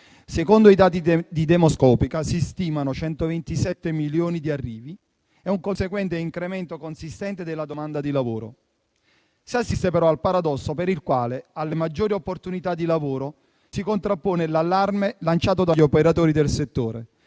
secondo i dati di "Demoskopica", si stimano 127 milioni di arrivi, con un rialzo dell'11,2 per cento sul 2022 e un conseguente incremento consistente della domanda di lavoro; si assiste però al paradosso per il quale alle maggiori opportunità di lavoro si contrappone l'allarme lanciato dagli operatori del settore